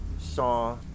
saw